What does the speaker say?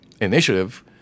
initiative